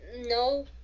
No